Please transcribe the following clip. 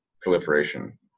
proliferation